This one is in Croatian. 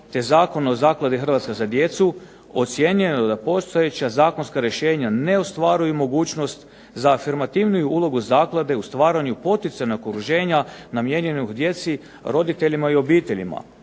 te Zakon o zakladi "Hrvatska za djecu", ocijenjeno je da postojeća zakonska rješenja ne ostvaruju mogućnost za afirmativniju ulogu zaklade u stvaranju poticajnog …/Ne razumije se./… namijenjenog djeci, roditeljima i obiteljima.